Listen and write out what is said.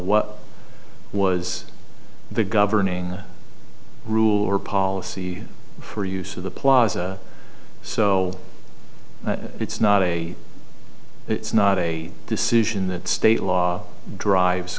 what was the governing rule or policy for use of the plaza so it's not a it's not a decision that state law drives